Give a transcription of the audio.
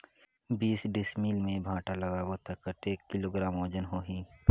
बीस डिसमिल मे भांटा लगाबो ता कतेक किलोग्राम वजन होही?